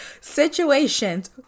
situations